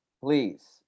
please